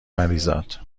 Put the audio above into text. مریزاد